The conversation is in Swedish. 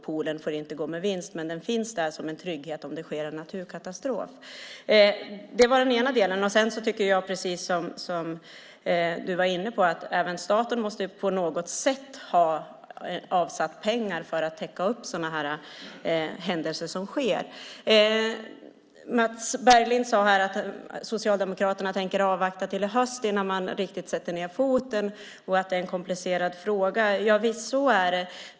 Poolen får inte gå med vinst, men den finns där som en trygghet om det sker en naturkatastrof. Sedan tycker jag, precis som Mats Berglind var inne på, att även staten på något sätt måste ha avsatt pengar för att täcka upp för sådana här händelser. Mats Berglind sade att Socialdemokraterna tänker avvakta till i höst innan man riktigt sätter ned foten och att det är en komplicerad fråga. Javisst, så är det.